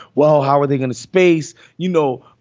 well, how are they going to space? you know,